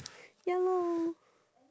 ya lor